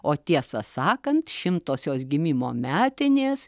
o tiesą sakant šimtosios gimimo metinės